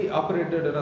operated